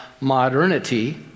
modernity